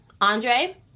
Andre